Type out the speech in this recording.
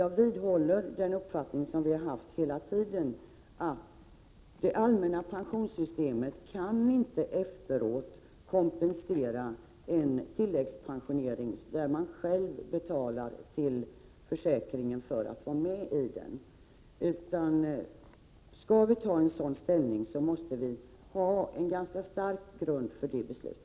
Jag vidhåller den uppfattning vi har haft hela tiden, att vi genom det allmänna pensionssystemet inte i efterhand kan kompensera för en tilläggsförsäkring som man själv betalade för. Om vi skulle inta den ståndpunkten måste vi i så fall ha en stark grund för det.